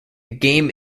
game